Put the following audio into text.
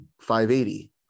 580